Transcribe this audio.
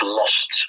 lost